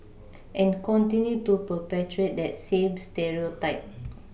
and continue to perpetuate that same stereotype